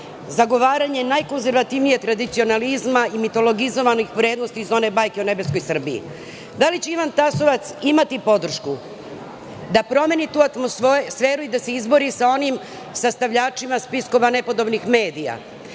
zagovaranje najkonzervativnijeg tradicionalizma i mitilogizovanih vrednosti iz one bajke o nebeskoj Srbiji. Da li će Ivan Tasovac imati podršku da promeni tu atmosferu i da se izbori sa onim sastavljačima spiskova nepodobnih medija,